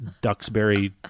Duxbury